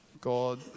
God